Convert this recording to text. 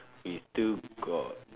we still got